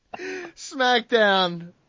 Smackdown